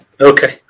Okay